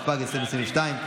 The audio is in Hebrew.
התשפ"ג 2023,